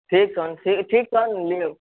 ठीक ठीक छै